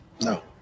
No